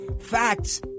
facts